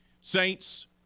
Saints